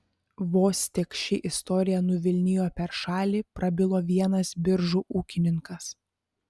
vos tik ši istorija nuvilnijo per šalį prabilo vienas biržų ūkininkas